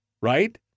right